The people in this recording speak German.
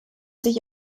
sich